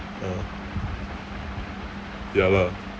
uh ya lah